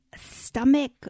stomach